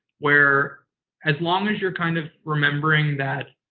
where as long as you're kind of remembering that